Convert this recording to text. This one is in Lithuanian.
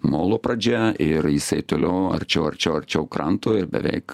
molo pradžia ir jisai toliau arčiau arčiau arčiau kranto ir beveik